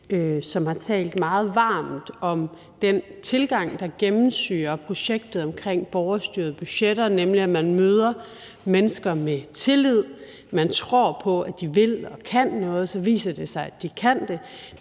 som har talt meget varmt om den tilgang, der gennemsyrer projektet omkring borgerstyrede budgetter, nemlig at man møder mennesker med tillid, at man tror på, at de vil og kan noget, og så viser det sig, at de kan det.